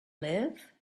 live